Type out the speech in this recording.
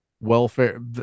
welfare